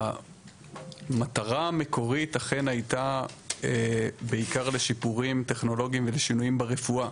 המטרה המקורית אכן הייתה בעיקר לשיפורים טכנולוגיים ושינויים ברפואה.